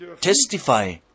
testify